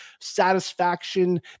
satisfaction